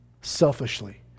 selfishly